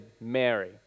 Mary